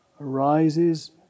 arises